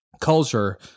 culture